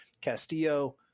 Castillo